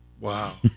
Wow